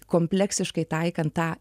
kompleksiškai taikant tą